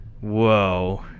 Whoa